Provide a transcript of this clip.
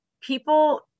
people